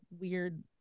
weird